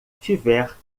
tiver